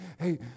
hey